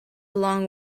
long